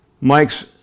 Mike's